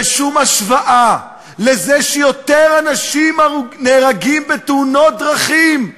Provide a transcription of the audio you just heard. ושום השוואה לזה שיותר אנשים נהרגים בתאונות דרכים.